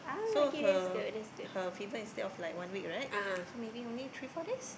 so her her fetus instead of like one week right so maybe three four days